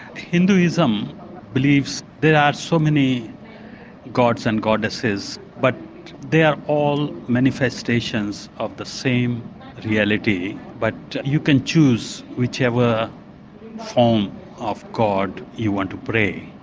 hinduism believes there are so many gods and goddesses but they are all manifestations of same reality but you can choose whichever form of god you want to pray.